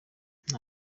nta